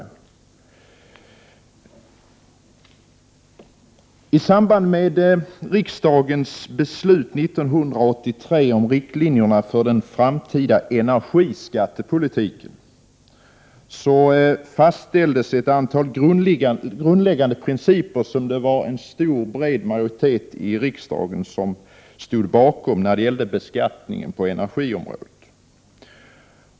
I samband med riksdagens beslut 1983, om riktlinjerna för den framtida energiskattepolitiken, fastställdes ett antal grundläggande principer, som en bred majoritet i riksdagen stod bakom.